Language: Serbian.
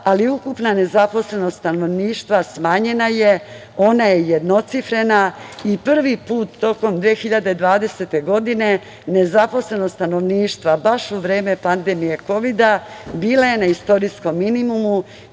ali ukupna nezaposlenost stanovništva smanjena je. Ona je jednocifrena i prvi put, tokom 2020. godine, nezaposlenost stanovništva, baš u vreme pandemije kovida, bila je na istorijskom minimumu